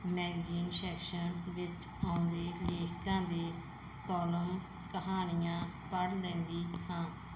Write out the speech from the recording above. magazine session ਵਿੱਚ ਆਉਂਦੇ ਲੇਖਕਾਂ ਦੇ ਕੋਲਮ ਕਹਾਣੀਆਂ ਪੜ੍ਹ ਲੈਂਦੀ ਹਾਂ